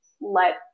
let